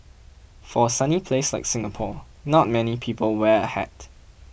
for a sunny place like Singapore not many people wear a hat